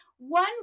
One